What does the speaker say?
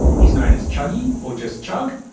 he's known as chuggie or just chugg,